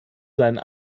deinen